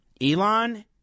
Elon